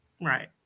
Right